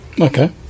okay